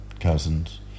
Cousins